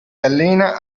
allena